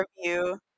review